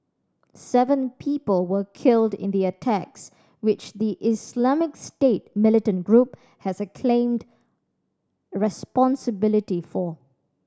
seven people were killed in the attacks which the Islamic State militant group has acclaimed responsibility for